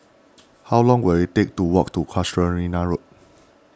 how long will it take to walk to Casuarina Road